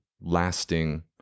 lasting